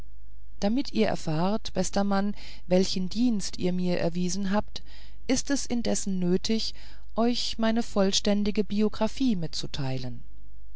damit ihr erfahrt bester mann welchen dienst ihr mir erwiesen habt ist es indessen nötig euch meine vollständige biographie mitzuteilen